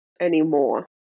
anymore